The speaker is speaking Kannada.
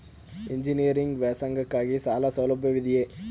ಎಂಜಿನಿಯರಿಂಗ್ ವ್ಯಾಸಂಗಕ್ಕಾಗಿ ಸಾಲ ಸೌಲಭ್ಯವಿದೆಯೇ?